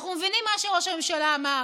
אנחנו מבינים מה שראש הממשלה אמר.